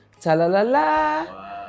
ta-la-la-la